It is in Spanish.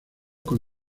con